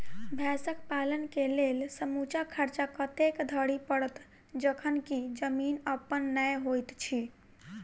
भैंसक पालन केँ लेल समूचा खर्चा कतेक धरि पड़त? जखन की जमीन अप्पन नै होइत छी